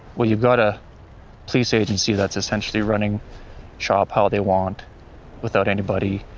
well, you've got a police agency that's essentially running shop how they want without anybody,